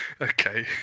Okay